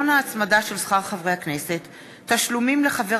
לביא, מירי